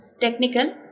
Technical